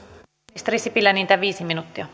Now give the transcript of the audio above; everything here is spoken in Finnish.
pääministeri sipilä enintään viisi minuuttia